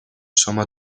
شما